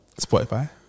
Spotify